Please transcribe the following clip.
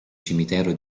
cimitero